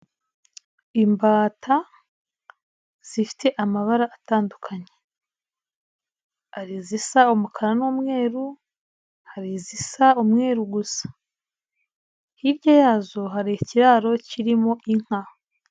Imbata zifite amabara atandukanye, hari izisa umukara n'umweru, hari izisa umweru gusa ,hirya yazo hari ikiraro kirimo inka.